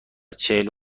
چهل